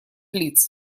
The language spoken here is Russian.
лиц